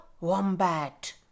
wombat